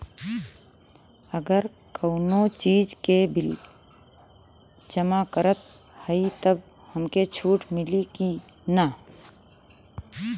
अगर कउनो चीज़ के बिल जमा करत हई तब हमके छूट मिली कि ना?